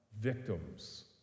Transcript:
victims